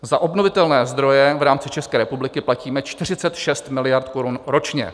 Za obnovitelné zdroje v rámci České republiky platíme 46 miliard korun ročně.